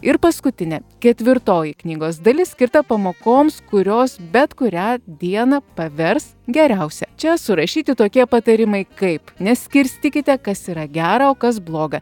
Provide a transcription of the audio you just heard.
ir paskutinė ketvirtoji knygos dalis skirta pamokoms kurios bet kurią dieną pavers geriausia čia surašyti tokie patarimai kaip neskirstykite kas yra gera o kas bloga